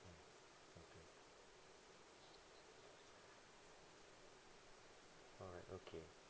mm okay alright okay